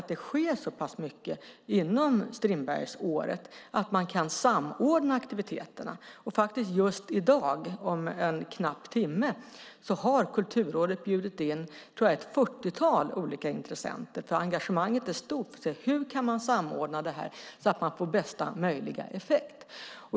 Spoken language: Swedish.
Nu sker det så pass mycket inom Strindbergsåret att vi tycker att det finns skäl att samordna aktiviteterna. Just i dag, om en knapp timme, har Kulturrådet bjudit in, tror jag, ett fyrtiotal olika intressenter. Engagemanget är alltså stort för att se hur man kan samordna det här så att man får bästa möjliga effekt.